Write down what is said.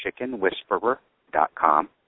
chickenwhisperer.com